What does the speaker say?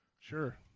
Sure